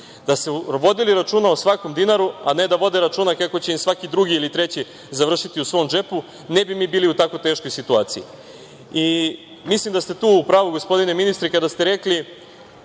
Da su vodili računa o svakom dinaru, a ne da vode računa kako će im svaki drugi ili treći završiti u svom džepu, ne bi mi bili u tako teškoj situaciji. Mislim da ste tu u pravu gospodine ministre, kada ste rekli